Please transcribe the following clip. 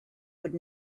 would